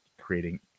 creating